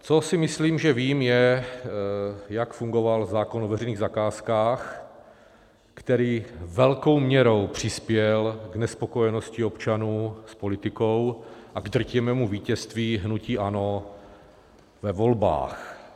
Co si myslím, že vím, je, jak fungoval zákon o veřejných zakázkách, který velkou měrou přispěl k nespokojenosti občanů s politikou a k drtivému vítězství hnutí ANO ve volbách.